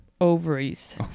ovaries